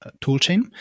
toolchain